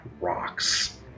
rocks